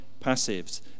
passives